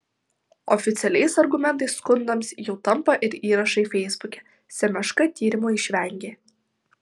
oficialiais argumentais skundams jau tampa ir įrašai feisbuke semeška tyrimo išvengė